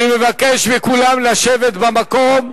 אני מבקש מכולם לשבת במקום.